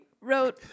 wrote